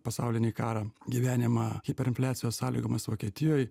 pasaulinį karą gyvenimą hiperinfliacijos sąlygomis vokietijoj